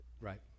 Right